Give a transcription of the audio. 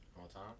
All-time